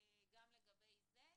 גם לגבי זה,